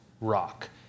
rock